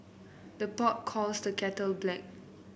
the pot calls the kettle black